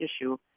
issue